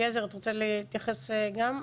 אליעזר, אתה רוצה להתייחס גם?